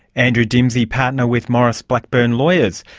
andrew dimsey, partner with maurice blackburn lawyers.